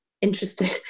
Interesting